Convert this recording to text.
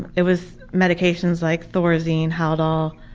it was medications like thorazine, haldol,